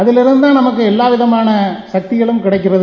அதில் இருந்துதாள் நமக்கு எல்லாவிதமாள சக்திகளும் கிடைக்கிறது